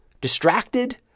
distracted